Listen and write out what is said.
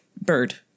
bird